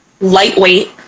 lightweight